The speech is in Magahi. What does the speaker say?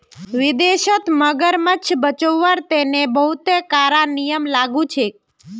विदेशत मगरमच्छ बचव्वार तने बहुते कारा नियम लागू छेक